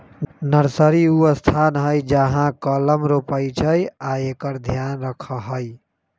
nursery उ स्थान हइ जहा कलम रोपइ छइ आ एकर ध्यान रखहइ